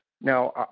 Now